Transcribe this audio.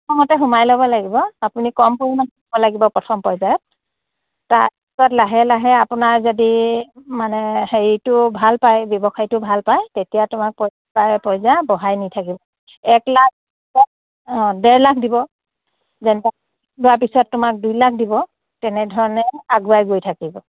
প্ৰথমতে সোমাই ল'ব লাগিব আপুনি কম পৰিমাণে দিব লাগিব প্ৰথম পৰ্য্য়ায়ত তাৰপিছত লাহে লাহে আপোনাৰ যদি মানে হেৰিটো ভাল পায় ব্যৱসায়টো ভাল পায় তেতিয়া তোমাক পৰ্য্য়ায় পৰ্য্য়ায় বঢ়াই নি থাকিব এক লাখত অঁ ডেৰ লাখ দিব যেনিবা লোৱাৰ পিছত তোমাক দুই লাখ দিব তেনেধৰণে আগুৱাই গৈ থাকিব